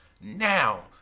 now